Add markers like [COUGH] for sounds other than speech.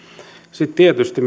sitten tietysti [UNINTELLIGIBLE]